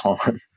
time